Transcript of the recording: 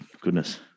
goodness